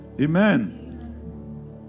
Amen